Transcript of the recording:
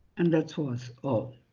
and that was all.